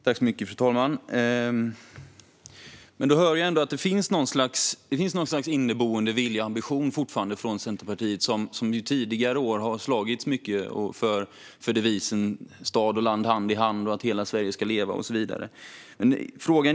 Fru talman! Då hör jag att det fortfarande ändå finns något slags inneboende vilja och ambition från Centerpartiet, som ju tidigare år har slagits mycket för deviserna stad och land hand i hand, hela Sverige ska leva och så vidare.